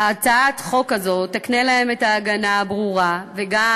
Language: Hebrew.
הצעת החוק הזאת תקנה להם את ההגנה הברורה וגם